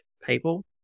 people